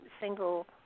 single